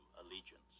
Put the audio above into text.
allegiance